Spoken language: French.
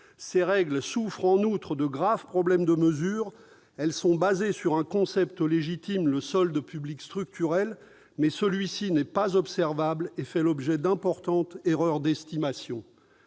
Ces règles souffrent en outre de graves problèmes de mesure : elles sont basées sur un concept légitime, le solde public structurel, mais celui-ci n'est pas observable et fait l'objet d'importantes erreurs d'estimation